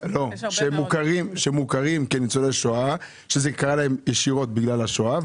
שמוכרים כניצולי שואה וזה קרה להם ישירות בגלל השואה,